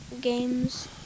games